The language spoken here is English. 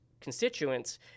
constituents